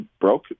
broke